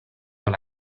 dans